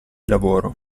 lavoro